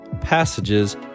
passages